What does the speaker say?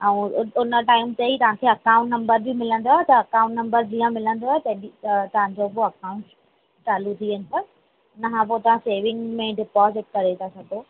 आऊं उन टाईम ते ई तव्हांखे अकाउंट नम्बर बि मिलंदव त अकाउंट नम्बर जीअं मिलंदव त तव्हां जेको अकाउंट चालू थी वेंदो उनखां पोइ तव्हां सेविंग में डीपोजिट करे सघंदव